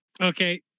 Okay